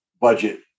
budget